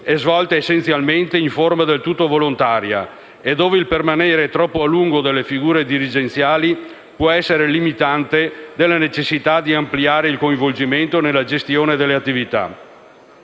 è svolta essenzialmente in forma del tutto volontaria e dove il permanere troppo a lungo delle figure dirigenziali può essere limitante della necessità di ampliare il coinvolgimento nella gestione delle attività.